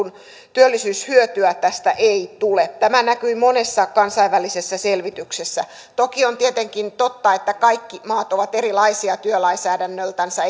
työllisyyshyötyä tästä ei tule tämä näkyi monessa kansainvälisessä selvityksessä on tietenkin totta että kaikki maat ovat erilaisia työlainsäädännöltänsä